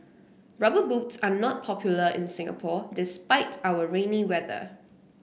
rubber boots are not popular in Singapore despite our rainy weather